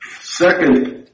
second